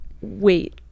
wait